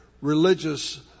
religious